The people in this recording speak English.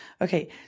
Okay